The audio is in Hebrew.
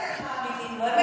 הם לא באמת מאמינים לו.